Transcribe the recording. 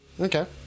Okay